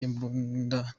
imbunda